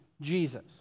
Jesus